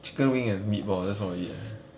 chicken wing and meatball that's all we eat